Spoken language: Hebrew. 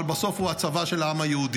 אבל בסוף הוא הצבא של העם היהודי.